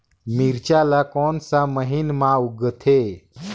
मिरचा ला कोन सा महीन मां उगथे?